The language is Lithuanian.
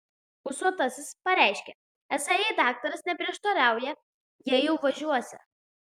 ūsuotasis pareiškė esą jei daktaras neprieštarauja jie jau važiuosią